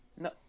No